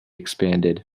expanded